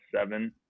seven